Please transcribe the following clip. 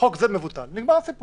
שחוק זה מבוטל ונגמר הסיפור.